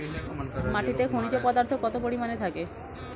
মাটিতে খনিজ পদার্থ কত পরিমাণে থাকে?